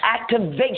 activation